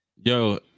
Yo